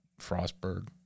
Frostburg